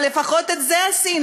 אבל לפחות את זה עשינו,